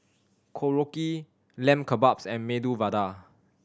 Korokke Lamb Kebabs and Medu Vada